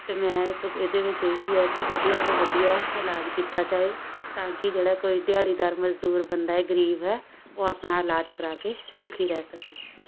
ਅਤੇ ਮੈਂ ਤਾਂ ਇਹਦੇ ਵਿੱਚ ਇਹੀ ਹੈ ਕਿ ਵਧੀਆ ਤੋਂ ਵਧੀਆ ਇਲਾਜ ਕੀਤਾ ਜਾਏ ਤਾਂ ਕਿ ਜਿਹੜਾ ਕੋਈ ਦਿਹਾੜੀਦਾਰ ਮਜ਼ਦੂਰ ਬੰਦਾ ਏ ਗਰੀਬ ਹੈ ਉਹ ਆਪਣਾ ਇਲਾਜ ਕਰਾ ਕੇ ਸੁਖੀ ਰਹਿ ਸਕੇ